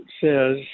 says